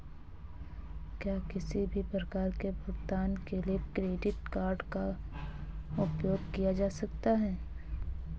क्या किसी भी प्रकार के भुगतान के लिए क्रेडिट कार्ड का उपयोग किया जा सकता है?